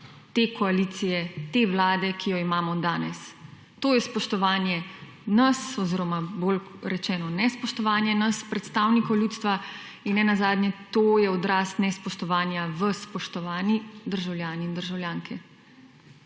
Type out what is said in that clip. te koalicije, te Vlade, ki jo imamo danes. To je spoštovanje nas oziroma bolj rečeno nespoštovanje nas predstavnikov ljudstva in nenazadnje to je odraz nespoštovanja vas, spoštovani državljani in državljanke.